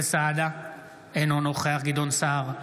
אינו נוכח גדעון סער,